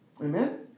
Amen